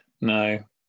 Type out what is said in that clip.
No